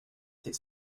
his